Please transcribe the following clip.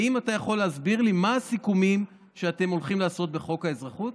האם אתה יכול להסביר לי מה הסיכומים שאתם הולכים לעשות בחוק האזרחות?